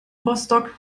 rostock